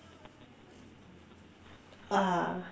ah